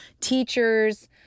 teachers